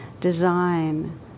design